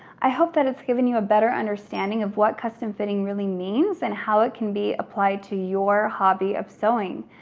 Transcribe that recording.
i hope that it's given you a better understanding of what custom fitting really means and how it can be applied to your hobby of sowing.